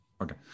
Okay